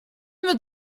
mit